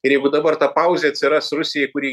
ir jeigu dabar ta pauzė atsiras rusijai kuri